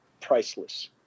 priceless